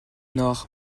nord